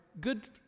good